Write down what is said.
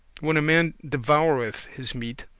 when a man devoureth his meat,